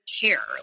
care